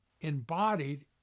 embodied